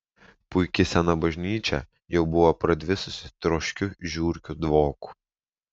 puiki sena bažnyčia jau buvo pradvisusi troškiu žiurkių dvoku